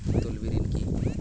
তলবি ঋন কি?